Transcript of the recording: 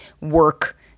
work